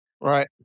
Right